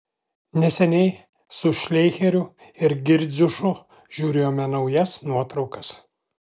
neseniai su šleicheriu ir girdziušu žiūrėjome naujas nuotraukas